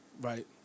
Right